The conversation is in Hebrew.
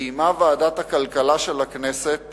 קיימה ועדת הכלכלה של הכנסת